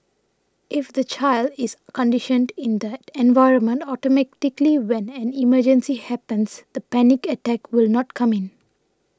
if the child is conditioned in that environment automatically when an emergency happens the panic attack will not come in